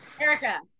Erica